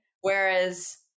Whereas